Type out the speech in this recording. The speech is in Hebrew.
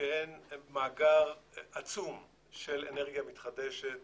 שהן מאגר עצום של אנרגיה מתחדשת